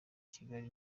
kigali